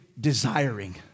desiring